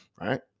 right